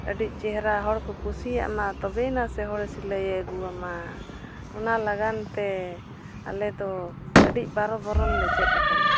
ᱟᱹᱰᱤ ᱪᱮᱦᱨᱟ ᱦᱚᱲ ᱠᱚ ᱠᱩᱥᱤᱭᱟᱜᱢᱟ ᱛᱚᱵᱮᱭᱮᱱᱟ ᱥᱮ ᱦᱚᱲ ᱥᱤᱞᱟᱹᱭᱮ ᱟᱹᱜᱩᱣᱟᱢᱟ ᱚᱱᱟ ᱞᱟᱹᱜᱤᱫᱛᱮ ᱟᱞᱮ ᱫᱚ ᱟᱹᱰᱤ ᱵᱟᱨᱳ ᱵᱚᱨᱚᱱ ᱞᱮ ᱪᱮᱫ ᱟᱠᱟᱱᱟ